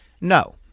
No